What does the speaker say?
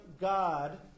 God